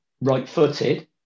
right-footed